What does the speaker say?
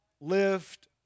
lift